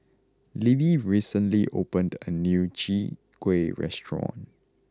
Libbie recently opened a new Chai Kueh Restaurant